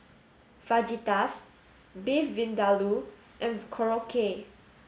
Fajitas Beef Vindaloo and Korokke